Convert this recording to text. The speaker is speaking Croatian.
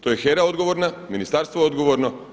To je HERA odgovorna, ministarstvo je odgovorno.